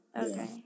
Okay